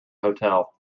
hotel